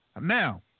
now